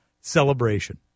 celebration